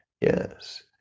Yes